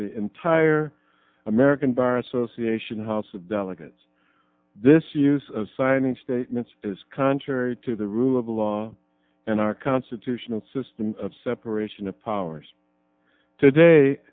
the entire american bar association house of delegates this use of signing statements is contrary to the rule of law and our constitutional system of separation of powers today